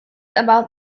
about